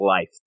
life